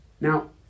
Now